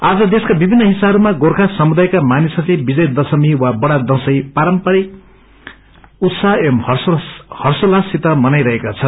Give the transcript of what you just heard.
आज देश्का विभिन्न हिस्साहरूमा गोख समुदायका मानिसहरूले विजय दशमी वा बड़ा दशैं पारम्परिक उत्साह एवं हषोल्लाससित मनाइरहेका छन्